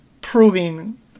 proving